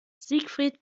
siegfried